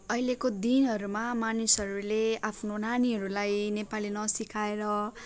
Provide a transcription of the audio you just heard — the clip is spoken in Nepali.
अहिलेको दिनहरूमा मानिसहरूले आफ्नो नानीहरूलाई नेपाली नसिकाएर